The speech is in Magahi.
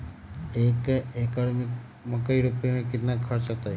एक एकर में मकई रोपे में कितना खर्च अतै?